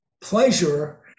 pleasure